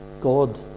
God